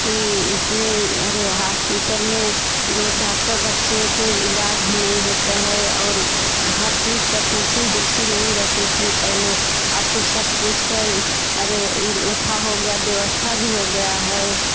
कि इसमें अरे हॉस्पिटल में जो डॉक्टर बच्चे को इलाज भी नहीं होता है और हर चीज का कुर्सी हुर्सी नहीं रहती थी पहले अब तो सब कुछ अरे ओथा हो गया व्यवस्था भी हो गया है